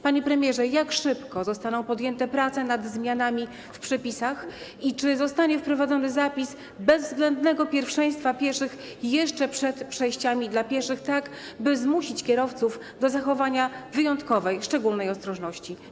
Panie premierze, jak szybko zostaną podjęte prace nad zmianami w przepisach i czy zostanie wprowadzony zapis dotyczący bezwzględnego pierwszeństwa pieszych jeszcze przed przejściami dla pieszych, tak by zmusić kierowców do zachowania wyjątkowej, szczególnej ostrożności?